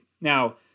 Now